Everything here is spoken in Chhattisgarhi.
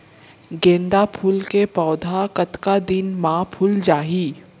गेंदा फूल के पौधा कतका दिन मा फुल जाही?